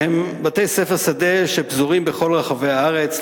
שהם בתי-ספר שדה שפזורים בכל רחבי הארץ,